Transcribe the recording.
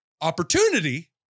Opportunity